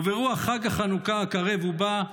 וברוח חג החנוכה הקרב ובא,